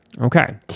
okay